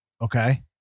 Okay